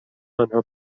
آنها